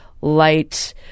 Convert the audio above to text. light